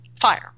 fire